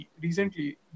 recently